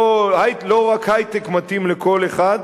לא רק היי-טק מתאים לכל אחד.